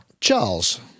Charles